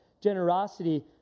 generosity